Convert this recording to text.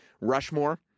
Rushmore